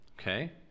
Okay